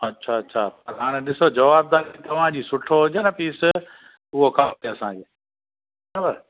अच्छा अच्छा हाणे ॾिसो जवाबदारी तव्हांजी सुठो हुजे न पीस उहो खपे असांखे अथव